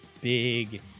big